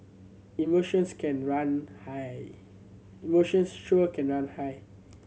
emotions can run high